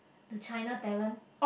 the China talent